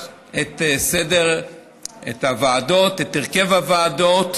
את הוועדות, את הרכב הוועדות,